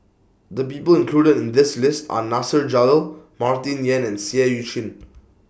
The People included in This list Are Nasir Jalil Martin Yan and Seah EU Chin